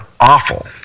awful